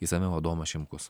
išsamiau adomas šimkus